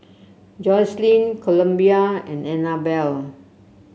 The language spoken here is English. Jocelyne Columbia and Annabelle